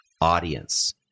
audience